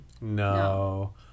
No